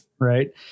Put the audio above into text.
right